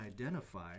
identify